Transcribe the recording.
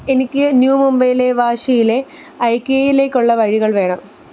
എനിക്ക് ന്യൂ മുംബൈയിലെ വാശിയിലെ ഐക്കിയയിലേക്കുള്ള വഴികൾ വേണം